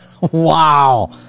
Wow